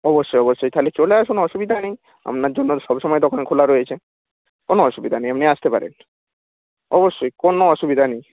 অবশ্যই অবশ্যই তাহলে চলে আসুন অসুবিধা নেই আপনার জন্য সবসময় দোকান খোলা রয়েছে কোনো অসুবিধা নেই আপনি আসতে পারেন অবশ্যই কোনো অসুবিধা নেই